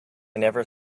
never